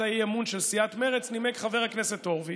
האי-אמון של סיעת מרצ נימק חבר הכנסת הורוביץ,